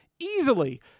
easily